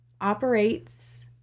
operates